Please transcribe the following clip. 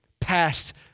past